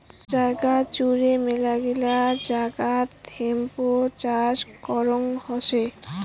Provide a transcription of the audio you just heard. জাগাত জুড়ে মেলাগিলা জায়গাত হেম্প চাষ করং হসে